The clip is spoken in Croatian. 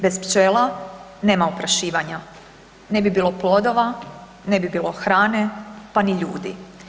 Bez pčela nema oprašivanja, ne bi bilo plodova, ne bi bilo hrane, pa ni ljudi.